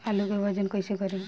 आलू के वजन कैसे करी?